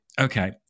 okay